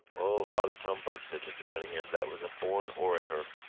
o, father tom burke, said mr. cunningham, that was a born orator.